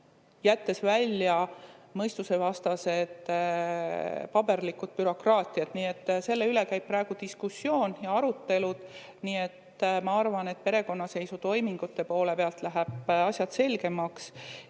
jättes välja mõistusevastase paberliku bürokraatia. Nii et selle üle käivad praegu diskussioonid ja arutelud. Ma arvan, et perekonnaseisutoimingute poole pealt lähevad asjad selgemaks.